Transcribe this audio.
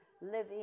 living